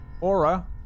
Aura